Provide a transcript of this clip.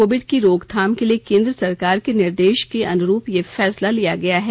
Covid की रोकथाम के लिए केन्द्र सरकार के निर्देशों के अनुरूप यह फैसला लिया गया है